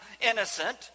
innocent